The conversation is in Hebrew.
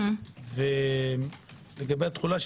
לגבי התחולה,